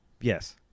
Yes